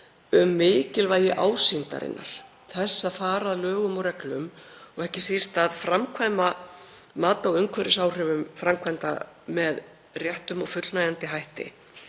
um mikilvægi ásýndarinnar, þess að fara að lögum og reglum og ekki síst að framkvæma mat á umhverfisáhrifum framkvæmda með réttum og fullnægjandi hætti,